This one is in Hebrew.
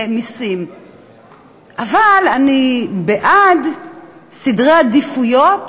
אבל אני בעד סדרי עדיפויות